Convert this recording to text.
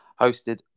hosted